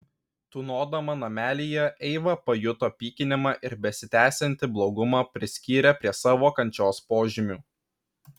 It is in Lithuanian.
tūnodama namelyje eiva pajuto pykinimą ir besitęsiantį blogumą priskyrė prie savo kančios požymių